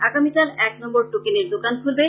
আগামীকাল এক নম্বর টোকেনের দোকান খুলবে